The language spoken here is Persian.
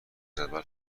جدول